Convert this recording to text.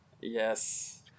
yes